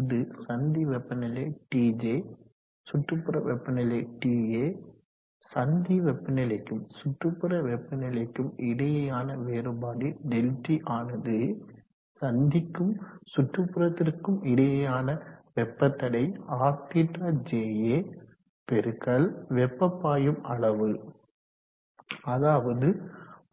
இது சந்தி வெப்பநிலை TJ சுற்றுப்புற வெப்பநிலை TA சந்தி வெப்பநிலைக்கும் சுற்றுப்புற வெப்பநிலைக்கும் இடையேயான வேறுபாடு ΔT ஆனது சந்திக்கும் சுற்றுப்புறத்திற்கும் இடையேயான வெப்ப தடை RθJA பெருக்கல் வெப்பம் பாயும் அளவு அதாவது